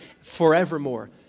forevermore